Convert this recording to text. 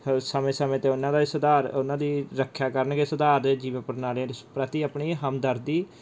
ਸਮੇਂ ਸਮੇਂ 'ਤੇ ਉਨ੍ਹਾਂ ਦਾ ਵੀ ਸੁਧਾਰ ਉਨ੍ਹਾਂ ਦੀ ਰੱਖਿਆ ਕਰਨਗੇ ਸੁਧਾਰ ਦੇ ਜੀਵ ਪ੍ਰਣਾਲੀਆਂ ਪ੍ਰਤੀ ਆਪਣੀ ਹਮਦਰਦੀ